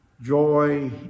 joy